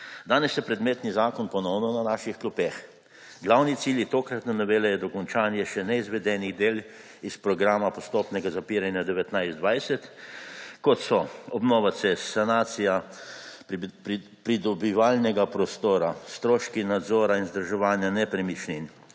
Danes je predmetni zakon ponovno na naših klopeh. Glavni cilj tokratne novele je dokončanje še neizvedenih del iz programa postopnega zapiranja 2019–2020, kot so obnova cest, sanacija pridobivalnega prostora, stroški nadzora in vzdrževanja nepremičnin